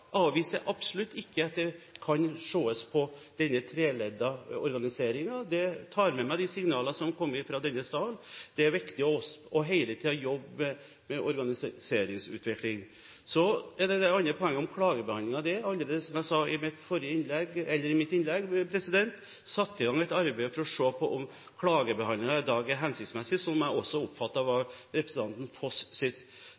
avviser absolutt ikke at det kan ses på denne treleddete organiseringen. Jeg tar med meg de signaler som har kommet fra denne sal. Det er viktig at vi hele tiden jobber med organiseringsutvikling. Så er det det andre poenget, om klagebehandling. Det er allerede satt i gang, som jeg sa i mitt innlegg, et arbeid for å se på om klagebehandlingen i dag er hensiktsmessig – som jeg også